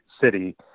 city